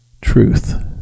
truth